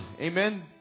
Amen